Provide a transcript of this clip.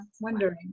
wondering